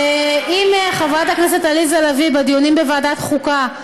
ואם חברת הכנסת עליזה לביא, בדיונים בוועדת החוקה,